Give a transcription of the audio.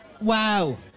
Wow